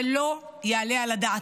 זה לא יעלה על הדעת.